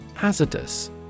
Hazardous